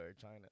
China